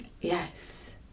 Yes